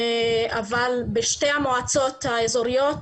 אבל בשתי המועצות האזוריות,